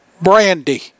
brandy